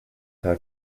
how